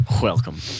Welcome